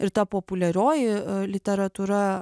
ir ta populiarioji literatūra